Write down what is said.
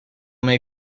may